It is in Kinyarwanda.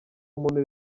umuntu